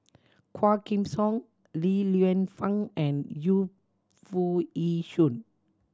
Quah Kim Song Li Lienfung and Yu Foo Yee Shoon